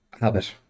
Habit